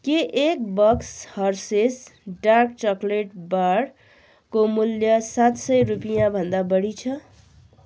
के एक box Hershey's dark chocolate बारको मूल्य सात सय रुपियाँभन्दा बढी छ